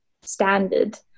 standard